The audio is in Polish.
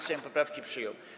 Sejm poprawki przyjął.